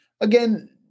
again